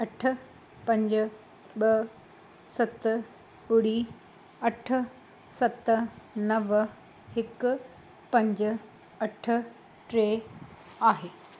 अठ पंज ॿ सत ॿुड़ी अठ सत नव हिकु पंज अठ टे आहे